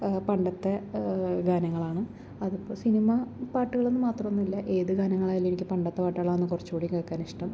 പണ്ടത്തെ ഗാനങ്ങളാണ് അതിപ്പം സിനിമ പാട്ടുകൾ മാത്രമൊന്നുമല്ല ഏത് ഗാനങ്ങളായാലും എനിക്ക് പണ്ടത്തെ പാട്ടുകളാണ് കുറച്ചും കൂടി കേൾക്കാനിഷ്ടം